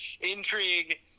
intrigue